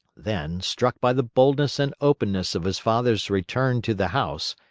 then, struck by the boldness and openness of his father's return to the house,